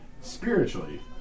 spiritually